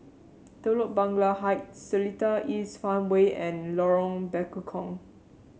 Telok Blangah Heights Seletar East Farmway and Lorong Bekukong